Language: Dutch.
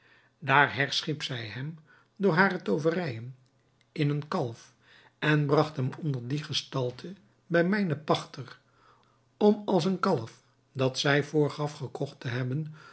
daar herschiep zij hem door hare tooverijen in een kalf en bragt hem onder die gestalte bij mijnen pachter om als een kalf dat zij voorgaf gekocht te hebben